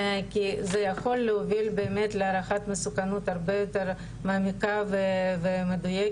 כי זה יכול להוביל להערכת מסוכנות הרבה יותר מעמיקה ומדויקת,